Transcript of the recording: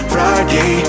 Friday